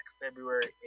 February